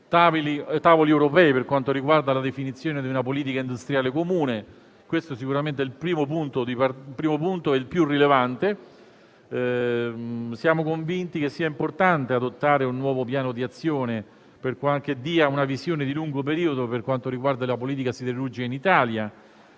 tavoli europei per la definizione di una politica industriale comune. Questo sicuramente è il primo punto e il più rilevante. Siamo convinti che sia importante adottare un nuovo piano di azione che dia una visione di lungo periodo per quanto riguarda la politica siderurgica in Italia.